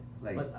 like-